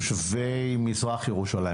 תושבי מזרח ירושלים,